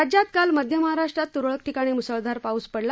राज्यात काल मध्य महाराष्ट्रात त्रळक ठिकाणी म्सळधार पाऊस पडला